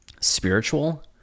spiritual